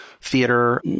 theater